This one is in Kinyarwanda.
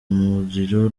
umuriro